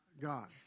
God